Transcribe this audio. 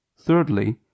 Thirdly